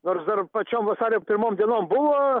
nors dar pačiom vasario pirmom dienom buvo